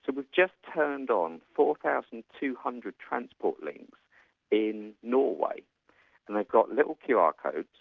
sort of just turned on four thousand two hundred transport links in norway, and they've got little qr ah codes,